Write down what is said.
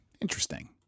Interesting